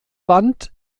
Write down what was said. wand